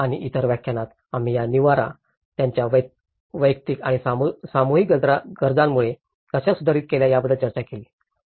आणि इतर व्याख्यानात आम्ही या निवारा त्यांच्या वैयक्तिक आणि सामूहिक गरजांमुळे कशा सुधारित केले याबद्दल चर्चा केली आहे